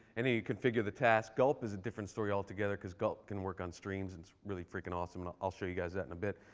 and then you configure the task. gulp is a different story altogether, because gulp can work on streams. and it's really fricking awesome. and i'll show you guys that in a bit.